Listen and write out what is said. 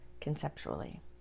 conceptually